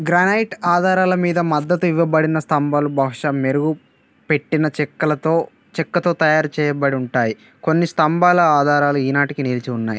granite ఆధారాల మీద మద్దతు ఇవ్వబడిన స్తంభాలు బహుశా మెరుగుపెట్టిన చెక్కలతో చెక్కతో తయారు చేయబడుంటాయి కొన్ని స్తంభాల ఆధారాలు ఈ నాటికి నిలిచి ఉన్నాయి